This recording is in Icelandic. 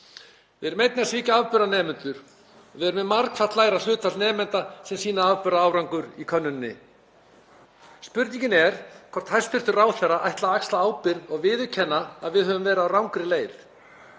Við erum einnig svíkja afburðanemendur. Við erum með margfalt lægra hlutfall nemenda sem sýna afburðaárangur í könnuninni. Spurningin er hvort hæstv. ráðherra ætli að axla ábyrgð og viðurkenna að við höfum verið á rangri leið.